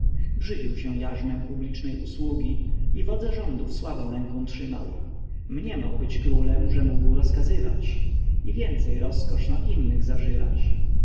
brzydził się jarzmem publicznej usługi i wodze rządów słabą ręką trzymał mniemał być królem że mógł rozkazywać i więcej roskosz nad innych zażywać